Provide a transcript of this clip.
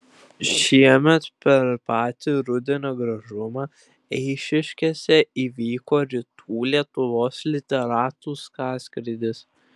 šiemet per patį rudenio gražumą eišiškėse įvyko rytų lietuvos literatų sąskrydis